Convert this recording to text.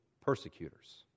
persecutors